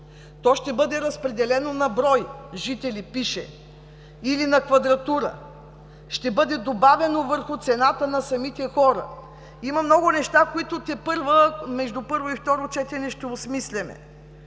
че ще бъде разпределено на брой жители или на квадратура. Ще бъде добавено върху цената за самите хора. Има много неща, които тепърва между първо и второ четене ще осмисляме.